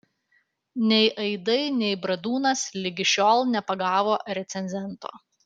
nei aidai nei bradūnas ligi šiol nepagavo recenzento